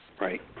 right